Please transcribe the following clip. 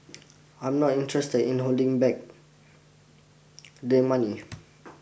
I'm not interested in holding back the money